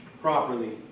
properly